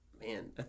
Man